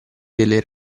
delle